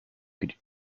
could